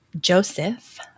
Joseph